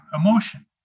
emotion